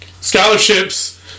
scholarships